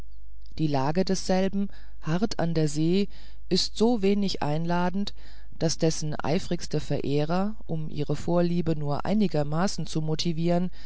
die lage desselben hart an der see ist so wenig einladend daß dessen eifrigste verehrer um ihre vorliebe nur einigermaßen zu motivieren